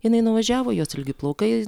jinai nuvažiavo jos ilgi plaukai